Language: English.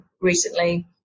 recently